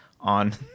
on